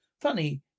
funny